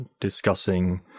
discussing